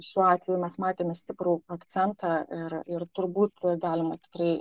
šiuo atveju mes matėme stiprų akcentą ir ir turbūt galima tikrai